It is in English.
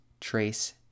trace